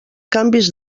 canvis